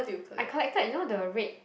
I collected you know the red